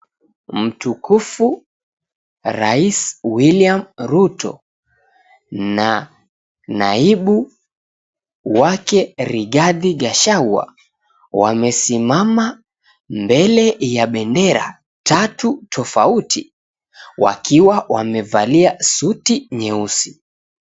Mtukufu rais William Ruto na naibu wake Rigathi Gachagua wamesimama mbele ya bendera tatu tofauti wakiwa wamevalia suti nyeusi.